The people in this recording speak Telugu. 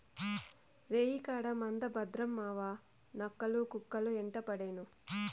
రేయికాడ మంద భద్రం మావావా, నక్కలు, కుక్కలు యెంటపడేను